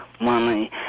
money